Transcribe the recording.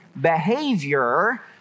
behavior